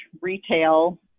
retail